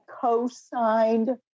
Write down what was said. co-signed